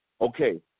Okay